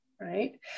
Right